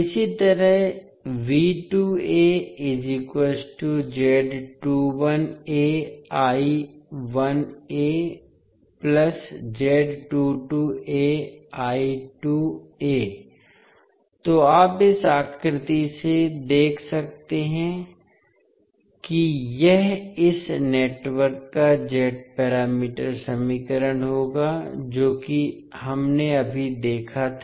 इसी तरह तो आप इस आकृति से देख सकते हैं कि यह इस नेटवर्क का Z पैरामीटर समीकरण होगा जो कि हमने अभी देखा था